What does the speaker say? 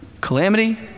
calamity